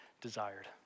desired